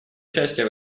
участие